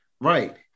Right